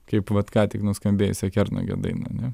kaip vat ką tik nuskambėjusią kernagio dainą ane